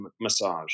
massage